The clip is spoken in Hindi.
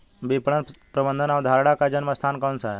विपणन प्रबंध अवधारणा का जन्म स्थान कौन सा है?